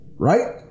Right